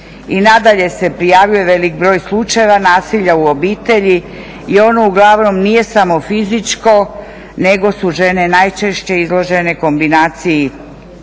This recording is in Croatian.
I nadalje se prijavljuje velik broj slučajeva nasilja u obitelji i ono uglavnom nije samo fizičko nego su žene najčešće izložene kombinaciji